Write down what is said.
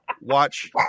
Watch